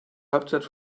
hauptstadt